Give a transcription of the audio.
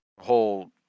whole